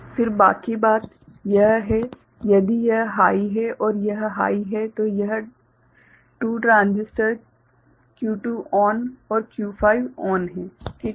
फिर बाकी बात यह है यदि यह हाइ है और यह हाइ है तो यह 2 ट्रांजिस्टर Q4 ON और Q5 ON है ठीक है